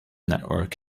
network